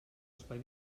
espai